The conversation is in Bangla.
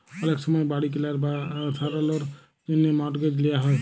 অলেক সময় বাড়ি কিলার বা সারালর জ্যনহে মর্টগেজ লিয়া হ্যয়